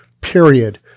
period